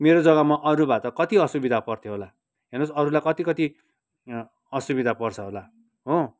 मेरो जग्गामा अरू भए त कति असुविधा पर्थ्यो होला हेर्नुहोस् अरूलाई कतिकति असुविधा पर्छ होला हो